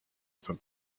from